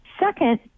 Second